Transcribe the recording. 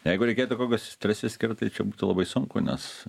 jeigu reikėtų kokius tris išskirt tai būtų labai sunku nes